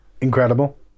incredible